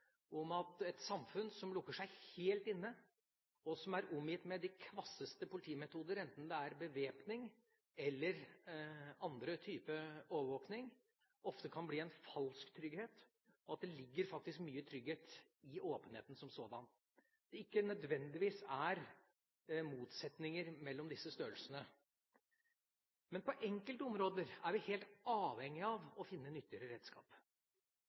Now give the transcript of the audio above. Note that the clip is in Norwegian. at et samfunn som lukker seg helt inne, og som er omgitt med de kvasseste politimetoder, enten det er bevæpning eller andre typer overvåkning, ofte kan bli en falsk trygghet, og at det faktisk ligger mye trygghet i åpenheten som sådan, og at det ikke nødvendigvis er motsetninger mellom disse størrelsene. Men på enkelte områder er vi helt avhengig av å finne nyttigere redskap.